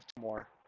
more